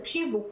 תקשיבו,